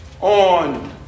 on